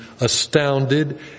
astounded